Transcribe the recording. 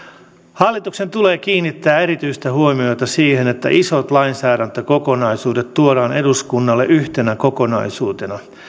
hallituksen tulee kiinnittää erityistä huomiota siihen että isot lainsäädäntökokonaisuudet tuodaan eduskunnalle yhtenä kokonaisuutena